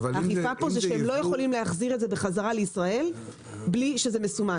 שהם לא יכולים להחזיר את זה בחזרה לישראל בלי שזה מסומן.